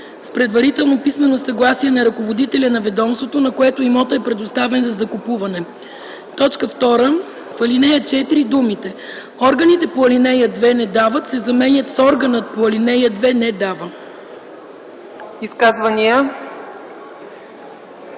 с предварително писмено съгласие на ръководителя на ведомството, на което имотът е предоставен за закупуване.” 2. В ал. 4 думите „Органите по ал. 2 не дават” се заменят с „Органът по ал. 2 не дава”.